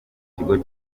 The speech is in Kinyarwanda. kigo